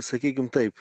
sakykim taip